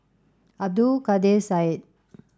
Abdul Kadir Syed